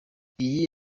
iyi